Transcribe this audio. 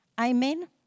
Amen